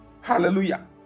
Hallelujah